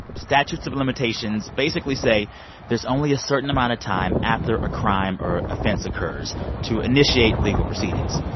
statutes of limitations basically say there's only a certain amount of time after a crime or offense occurs to initiate legal proceedings.